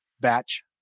batch